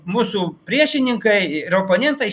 mūsų priešininkai ir oponentai